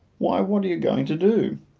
why, what are you going to do?